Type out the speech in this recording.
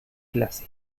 clase